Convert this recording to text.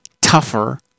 tougher